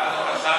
נאזם חשב